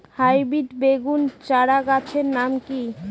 Hybrid বেগুন চারাগাছের নাম কি?